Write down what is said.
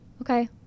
Okay